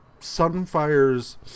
Sunfire's